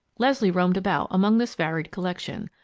leslie roamed about among this varied collection,